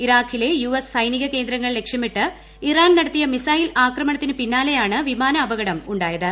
ഇറാക്കിലെ U S സൈനിക കേന്ദ്രങ്ങൾ ലക്ഷ്യമിട്ട് ഇറാൻ നടത്തിയ മിസൈൽ ആക്രമണത്തിന് പിന്നാലെയാണ് വിമാന അപകടം ഉണ്ടായത്